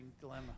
dilemma